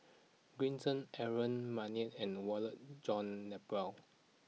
Green Zeng Aaron Maniam and Walter John Napier